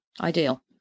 ideal